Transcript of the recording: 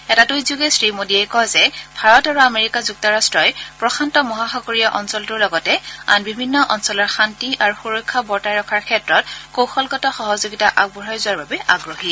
এটা টুইটযোগে শ্ৰীমোদীয়ে কয় যে ভাৰত আৰু আমেৰিকা যুক্তৰাট্টই প্ৰশান্ত মহাসাগৰীয় অঞ্চলটোৰ লগতে আন বিভিন্ন অঞ্চলৰ শান্তি আৰু সুৰক্ষা বৰ্তাই ৰক্ষাৰ ক্ষেত্ৰত কৌশলগত সহযোগিতা আগবঢ়াই যোৱাৰ বাবে আগ্ৰহী